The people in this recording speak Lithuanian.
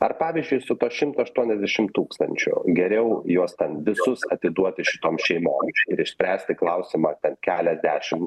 ar pavyzdžiui su tuo šimtu aštuoniasdešimt tūkstančių geriau juos ten visus atiduoti šitom šeimom ir išspręsti klausimą ten keliasdešimt